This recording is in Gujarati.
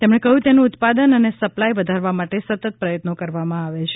તેમણે કહ્યું તેનું ઉત્પાદન અને સપ્લાય વધારવા માટે સતત પ્રયત્નો કરવામાં આવે છે